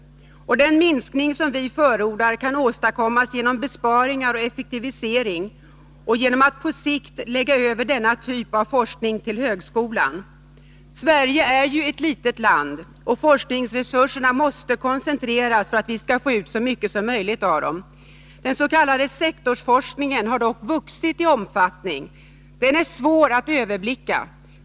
Den minskning som vi förordar kan åstadkommas genom besparingar och effektivisering och genom att på sikt lägga över denna typ av forskning till högskolan. Sverige är ett litet land, och forskningsresurserna måste koncentreras för att vi skall få ut så mycket som möjligt av dem. Den s.k. sektorsforskningen har dock vuxit i omfattning. Den är svår att överblicka.